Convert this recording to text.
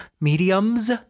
mediums